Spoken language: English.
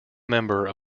member